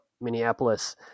Minneapolis